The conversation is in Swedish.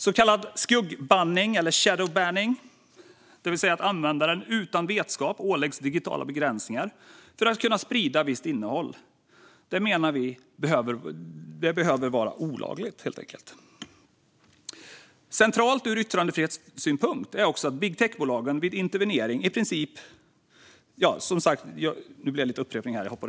Så kallad skuggbanning eller shadow banning, det vill säga att användaren utan vetskap åläggs digitala begränsningar för att kunna sprida visst innehåll behöver, menar vi, helt enkelt vara olagligt.